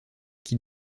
qui